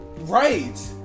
Right